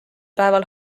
päeval